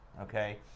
okay